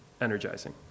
energizing